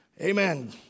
Amen